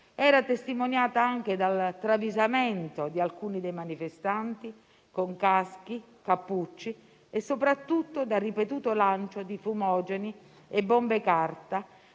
era testimoniata anche dal travisamento di alcuni dei manifestanti con caschi, cappucci e soprattutto dal ripetuto lancio di fumogeni e bombe carta